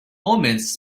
omens